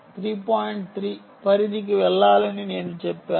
6 పరిధికి వెళ్ళాలని నేను చెప్పాను